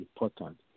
important